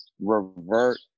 revert